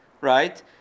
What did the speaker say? Right